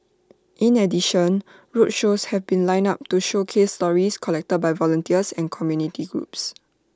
in addition roadshows have been lined up to showcase stories collected by volunteers and community groups